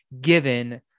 given